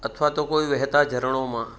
અથવા તો કોઈ વહેતા ઝરણામાં